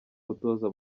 umutoza